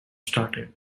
started